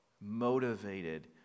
motivated